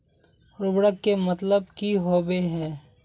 उर्वरक के मतलब की होबे है?